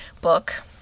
book